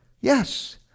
Yes